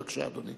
בבקשה, אדוני.